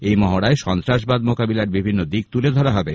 এই মহড়ায় সন্ত্রাসবাদ মোকাবেলার বিভিন্ন দিক তুলে ধরা হবে